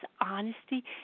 honesty